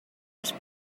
his